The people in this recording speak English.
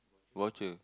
watcher